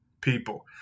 people